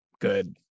good